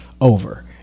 over